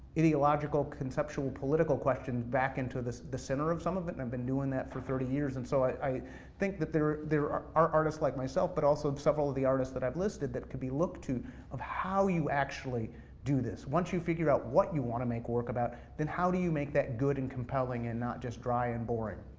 ideological, conceptual political questions back into into the center of some of it, and i've been doing that for thirty years, and so i think that there there are are artists like myself, but also several of the artists that i've listed that can be looked to of how you actually do this. once you figure out what you wanna make work about, then how do you make that good and compelling and not just dry and boring.